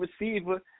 receiver